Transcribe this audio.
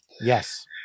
Yes